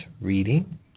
reading